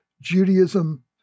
Judaism